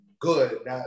good